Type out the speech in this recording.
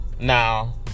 Now